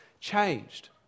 changed